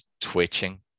twitching